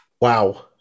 Wow